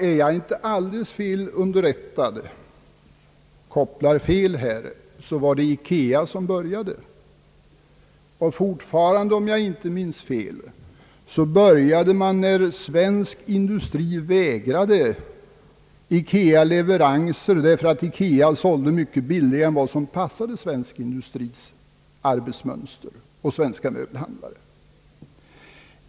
Är jag inte fel underrättad, var det IKEA som började, och om jag inte minns fel började man när svensk industri vägrade IKEA leveranser därför att IKEA sålde mycket billigare än som passade svensk industris arbetsmönster och svenska möbelhandlare.